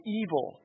evil